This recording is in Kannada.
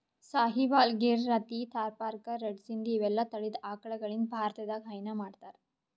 ಸಾಹಿವಾಲ್, ಗಿರ್, ರಥಿ, ಥರ್ಪಾರ್ಕರ್, ರೆಡ್ ಸಿಂಧಿ ಇವೆಲ್ಲಾ ತಳಿದ್ ಆಕಳಗಳಿಂದ್ ಭಾರತದಾಗ್ ಹೈನಾ ಮಾಡ್ತಾರ್